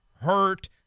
hurt